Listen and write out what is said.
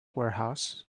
warehouse